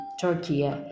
Turkey